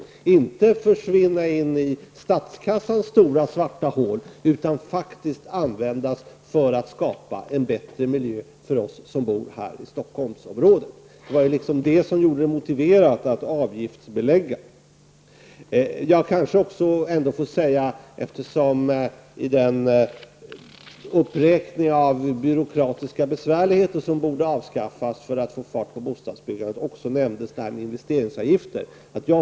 Pengarna skulle inte försvinna in i statskassans stora, svarta hål, utan faktiskt användas för att skapa en bättre miljö för oss som bor i Stockholmsområdet. Det var det som gjorde det motiverat att avgiftsbelägga. Vid uppräkningen av de byråkratiska besvärligheter som borde avskaffas för att ge fart åt bostadsbyggandet nämndes också investeringsavgifter.